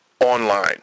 online